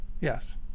Yes